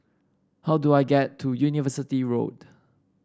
how do I get to University Road